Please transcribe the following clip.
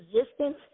resistance